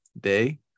day